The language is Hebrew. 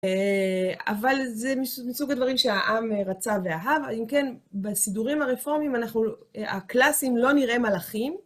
אבל זה מסוג הדברים שהעם רצה ואהב, אם כן, בסידורים הרפורמיים, הקלאסים לא נראה מלאכים.